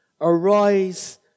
Arise